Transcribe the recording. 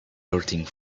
everything